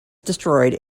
destroyed